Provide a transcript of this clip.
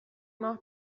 ماه